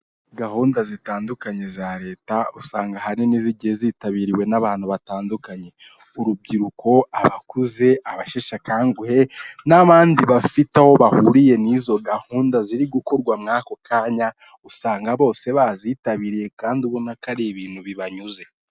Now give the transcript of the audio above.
Gahunda zitandukanye za leta usanga ahanini zigiye zitabiriwe n'abantu batandukanye urubyiruko, abakuze, abashekanguhe n'abandi bafite aho bahuriye n'izo gahunda ziri gukorwa mu ako kanya usanga bose bazitabiriye kandi ubona ko ari ibintu bibanyuze.